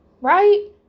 Right